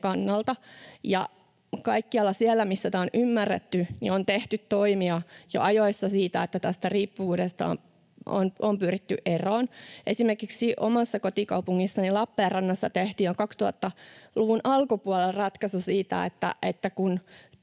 kannalta. Kaikkialla siellä, missä tämä on ymmärretty, on tehty toimia jo ajoissa siinä, että tästä riippuvuudesta on pyritty eroon. Esimerkiksi omassa kotikaupungissani Lappeenrannassa tehtiin jo 2000-luvun alkupuolella ratkaisu siitä, että kun